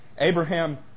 Abraham